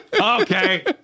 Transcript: okay